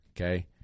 okay